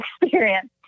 experience